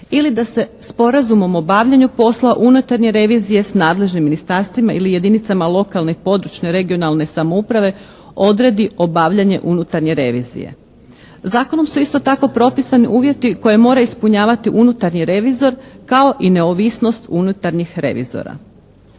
ili da se sporazumom o obavljanju posla unutarnje revizije s nadležnim ministarstvima ili jedinicama lokalne i područne (regionalne) samouprave odredi obavljanje unutarnje revizije. Zakonom su isto tako propisani uvjeti koje mora ispunjavati unutarnji revizor kao i neovisnost unutarnjih revizora.